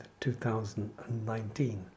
2019